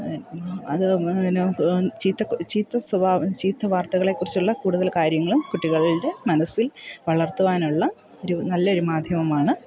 അത് ചീത്ത കു ചീത്ത സ്വഭാവം ചീത്ത വാർത്തകളെക്കുറിച്ചുള്ള കൂടുതൽ കാര്യങ്ങളും കുട്ടികളുടെ മനസ്സിൽ വളർത്തുവാനുള്ള ഒരു നല്ലൊരു മാധ്യമമാണ്